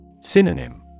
Synonym